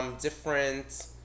different